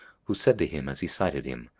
who said to him as he sighted him,